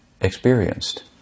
experienced